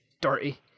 dirty